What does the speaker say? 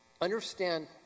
understand